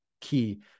key